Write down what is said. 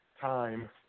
time